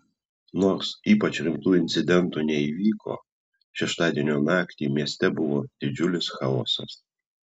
nors ypač rimtų incidentų neįvyko šeštadienio naktį mieste buvo didžiulis chaosas